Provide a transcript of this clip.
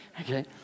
Okay